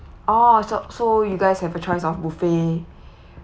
oh so so you guys have a choice of buffet